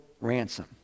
ransom